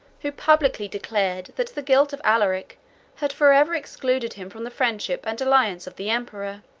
who publicly declared that the guilt of alaric had forever excluded him from the friendship and alliance of the emperor.